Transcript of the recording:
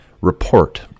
report